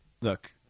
look